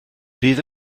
bydd